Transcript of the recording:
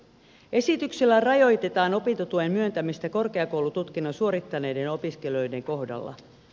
esityksellä rajoitetaan opintotuen myöntämistä korkeakoulututkinnon suorittaneiden opiskelijoiden kohdalla